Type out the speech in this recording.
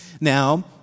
Now